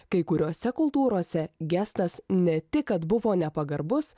kai kuriose kultūrose gestas ne tik kad buvo nepagarbus